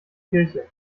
kirche